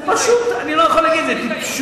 זה פשוט, אני לא יכול להגיד, זה טיפשות.